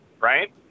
right